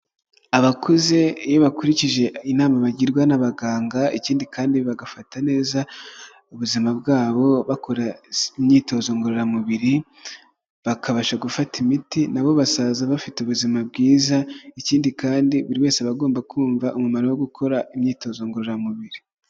Abakuze iyo bakurikije inama bagirwa n'abaganga, ikindi kandi bagafata neza ubuzima bwabo bakora imyitozo ngororamubiri bakabasha gufata imiti, nabo basaza bafite ubuzima bwiza, ikindi kandi buri wese abagomba kumva umumaro wo gukora imyitozo ngororamubiri.